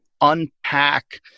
unpack